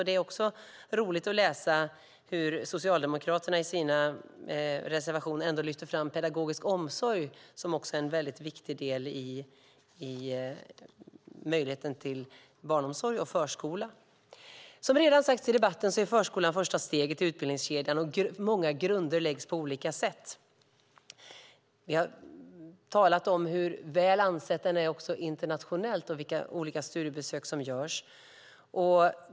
Det är också roligt att läsa hur Socialdemokraterna i sina reservationer ändå lyfter fram pedagogisk omsorg som en viktig del i fråga om barnomsorg och förskola. Som redan har sagts i debatten är förskolan första steget i utbildningskedjan, och många grunder läggs på olika sätt. Vi har också talat om hur väl ansedd den är också internationellt och vilka olika studiebesök som görs.